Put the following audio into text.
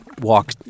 walk